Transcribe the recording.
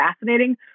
fascinating